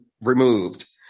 removed